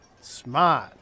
Smart